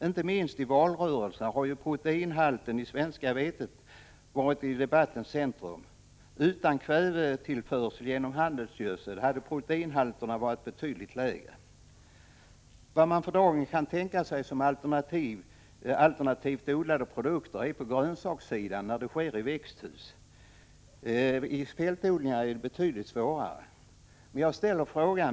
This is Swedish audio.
Inte minst i valrörelsen har proteinhalten i det svenska vetet varit i debattens centrum. Utan kvävetillförsel genom handelsgödsel hade proteinhalterna varit betydligt lägre. Vad man för dagen kan tänka sig som alternativt odlade produkter är växthusgrönsaker. Det är betydligt svårare i fältodlingar.